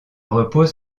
repose